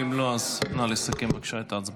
אם לא, נא לסכם בבקשה את ההצבעה.